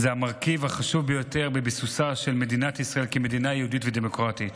זה המרכיב החשוב ביותר בביסוסה של מדינת ישראל כמדינה יהודית ודמוקרטית,